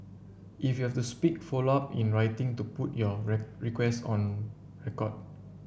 if you have to speak follow up in writing to put your request on record